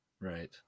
right